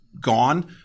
gone